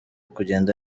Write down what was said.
kugenda